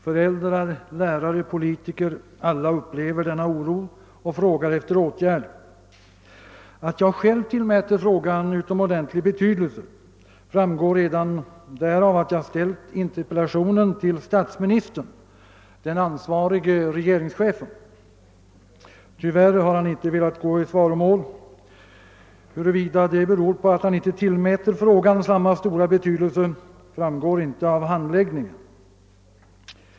Föräldrar, lärare, politiker — alla upplever denna oro och frågar efter åtgärder. Att jag själv tillmäter frågan mycket stor betydelse framgår redan därav att jag har ställt interpellationen till statsministern, den ansvarige regeringschefen. Tyvärr har han inte velat gå i svaromål. Huruvida det beror på att han inte tillmäter frågan samma stora betydelse som jag framgår inte av handläggningen.